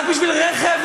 רק בשביל רכב,